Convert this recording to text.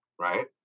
right